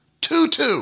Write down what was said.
Tutu